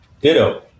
Ditto